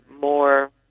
more